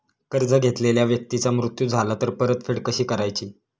कर्ज घेतलेल्या व्यक्तीचा मृत्यू झाला तर परतफेड कशी करायची?